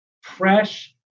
fresh